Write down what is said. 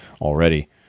already